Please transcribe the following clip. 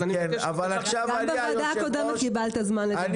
אז אני מבקש --- גם בוועדה הקודמת קיבלת זמן לדבר.